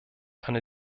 eine